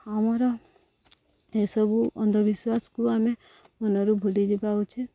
ଆମର ଏସବୁ ଅନ୍ଧବିଶ୍ୱାସକୁ ଆମେ ମନରୁ ଭୁଲିଯିବା ଉଚିତ